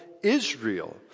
Israel